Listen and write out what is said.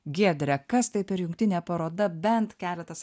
giedre kas tai per jungtinė paroda bent keletas